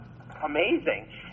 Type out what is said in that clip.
amazing